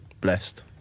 Blessed